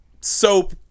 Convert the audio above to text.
soap